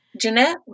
Jeanette